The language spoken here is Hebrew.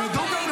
תלמדו גם